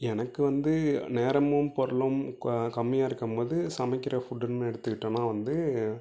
எனக்கு வந்து நேரமும் பொருளும் கம்மியாக இருக்கும் போது சமைக்கிற ஃபுட்டுனு எடுத்துக்கிட்டோனால் வந்து